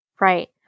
Right